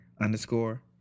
underscore